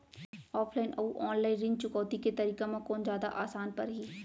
Offline अऊ online ऋण चुकौती के तरीका म कोन जादा आसान परही?